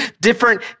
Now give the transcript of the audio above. different